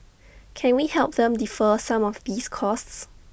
can we help them defer some of these costs